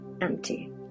empty